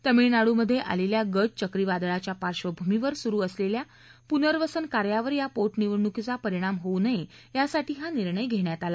तामिळनाडूमध्ये आलेल्या गज चक्रीवादळाच्या पार्श्वभूमीवर सुरु असलेल्या पुनर्वसन कार्यावर या पोटनिवणुकीचा परिणाम होऊ नये यासाठी हा निर्णय घेण्यात आला